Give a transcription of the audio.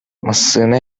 массыына